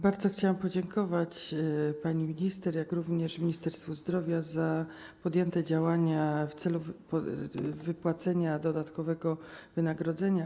Bardzo chciałam podziękować zarówno pani minister, jak również Ministerstwu Zdrowia za podjęte działania w celu wypłacenia dodatkowego wynagrodzenia.